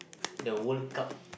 the World-Cup